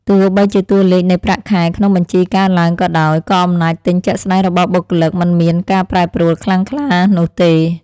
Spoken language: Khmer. ទោះបីជាតួលេខនៃប្រាក់ខែក្នុងបញ្ជីកើនឡើងក៏ដោយក៏អំណាចទិញជាក់ស្តែងរបស់បុគ្គលិកមិនមានការប្រែប្រួលខ្លាំងក្លានោះទេ។